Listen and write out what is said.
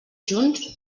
junts